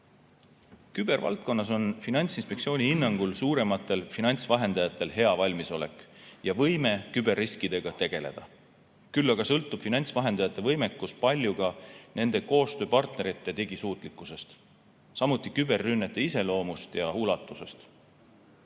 Kübervaldkonnas on Finantsinspektsiooni hinnangul suurematel finantsvahendajatel hea valmisolek ja võime küberriskidega tegeleda. Küll aga sõltub finantsvahendajate võimekus palju ka nende koostööpartnerite digisuutlikkusest, samuti küberrünnete iseloomust ja ulatusest.